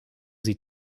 sie